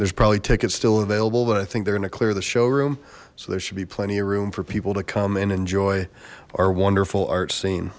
there's probably tickets still available but i think they're gonna clear the showroom so there should be plenty of room for people to come and enjoy our wonderful art scene